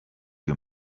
you